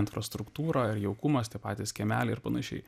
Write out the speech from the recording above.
infrastruktūrą ir jaukumas tie patys kiemeliai ir panašiai